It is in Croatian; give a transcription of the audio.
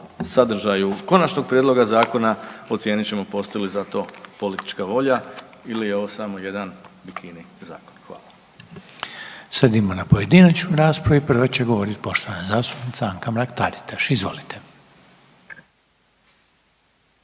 sadržaju konačnog prijedloga zakona ocijenit ćemo postoji li za to politička volja ili je ovo samo jedan bikini zakon. Hvala. **Reiner, Željko (HDZ)** Sad idemo na pojedinačnu raspravu i prva će govorit poštovana zastupnica Anka-Mrak Taritaš, izvolite.